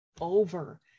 over